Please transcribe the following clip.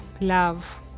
love